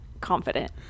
confident